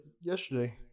yesterday